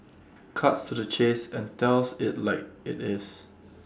cuts to the chase and tells IT like IT is